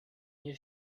nie